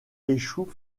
échoue